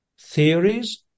theories